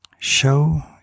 Show